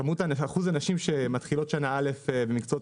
כמות אחוז הנשים שמתחילות שנה א' במקצועות